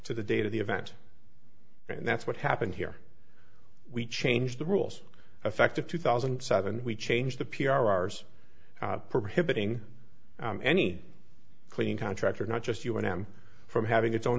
to the date of the event and that's what happened here we changed the rules effective two thousand and seven we changed the p r hours prohibiting any clean contractor not just you and him from having its own